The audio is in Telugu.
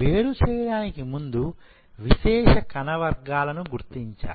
వేరు చేయడానికి ముందు విశేష కణ వర్గాలు గుర్తించాలి